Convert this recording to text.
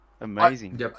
Amazing